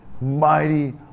mighty